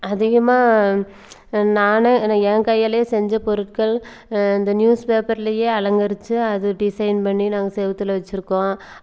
அதிகமாக நானே ஏன்னால் என் கையாலேயே செஞ்ச பொருட்கள் இந்த நியூஸ் பேப்பரிலயே அலங்கரித்து அது டிசைன் பண்ணி நாங்கள் செவத்துல வச்சுருக்கோம்